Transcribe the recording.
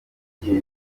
gihe